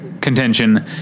contention